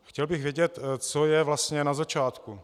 Chtěl bych vědět, co je vlastně na začátku.